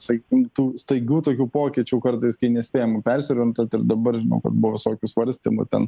sakykim tų staigių tokių pokyčių kartais kai nespėjam persiorientuoti ir dabar žinau kad buvo visokių svarstymų ten